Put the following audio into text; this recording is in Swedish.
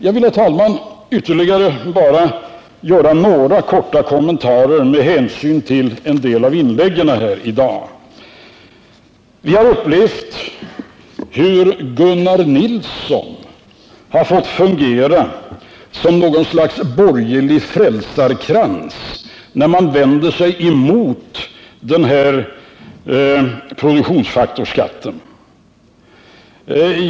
Jag vill, herr talman, ytterligare göra några korta kommentarer med anledning av en del av dagens inlägg. Vi har upplevt hur Gunnar Nilsson har fått fungera som något slags borgerlig frälsarkrans när man har vänt sig mot produktionsfaktorsskatten.